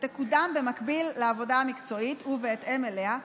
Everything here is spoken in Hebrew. ותקודם במקביל לעבודה המקצועית ובהתאם אליה,